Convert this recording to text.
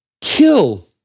kill